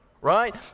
Right